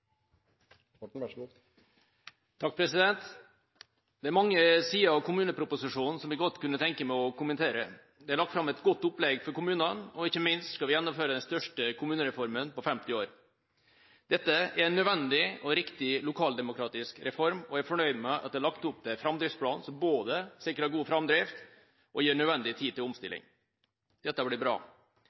mange sider ved kommuneproposisjonen jeg godt kunne tenke meg å kommentere. Det er lagt fram et godt opplegg for kommunene, og ikke minst skal vi gjennomføre den største kommunereformen på 50 år. Dette er en nødvendig og riktig lokaldemokratisk reform, og jeg er fornøyd med at det er lagt opp til en framdriftsplan som både sikrer god framdrift og gir nødvendig tid til omstilling. Dette blir bra.